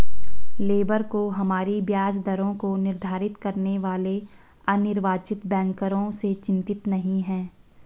labour को हमारी ब्याज दरों को निर्धारित करने वाले अनिर्वाचित बैंकरों से चिंतित नहीं है